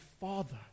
Father